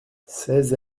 seize